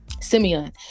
Simeon